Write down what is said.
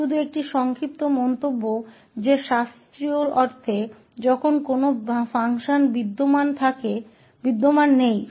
बस एक छोटी सी टिप्पणी कि शास्त्रीय अर्थ में ऐसा कोई कार्य मौजूद नहीं है